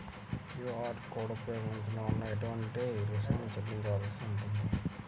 QR code ఉపయోగించటం వలన ఏటువంటి రుసుం చెల్లించవలసి ఉంటుంది?